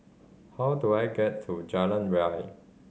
how do I get to Jalan Ria